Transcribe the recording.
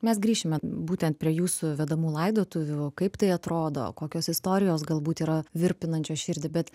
mes grįšime būtent prie jūsų vedamų laidotuvių kaip tai atrodo kokios istorijos galbūt yra virpinančios širdį bet